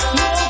no